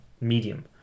medium